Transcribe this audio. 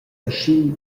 aschi